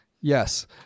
Yes